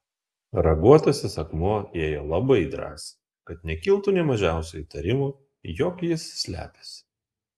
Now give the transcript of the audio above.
raguotasis akmuo ėjo labai drąsiai kad nekiltų nė mažiausio įtarimo jog jis slepiasi